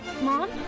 Mom